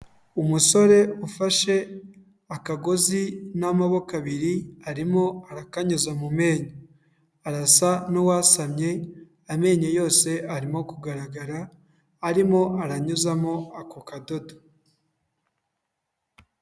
Umusore ufashe akagozi n'amaboko abiri, arimo arakanyuza mu menyo, arasa n'uwasamye amenyo yose arimo kugaragara, arimo aranyuzamo ako kadodo.